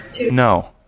No